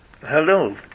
Hello